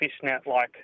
fishnet-like